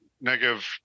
negative